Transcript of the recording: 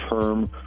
term